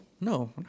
no